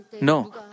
No